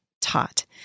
taught